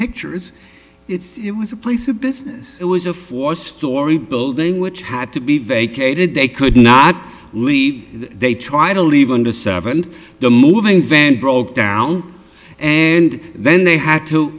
pictures it's it was a place of business it was a four story building which had to be vacated they could not leave they try to leave in the seventh the moving van broke down and then they had to